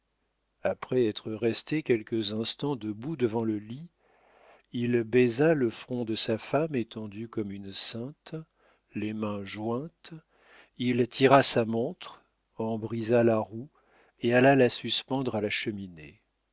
après être resté quelques instants debout devant le lit il baisa le front de sa femme étendue comme une sainte les mains jointes il tira sa montre en brisa la roue et alla la suspendre à la cheminée